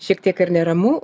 šiek tiek ir neramu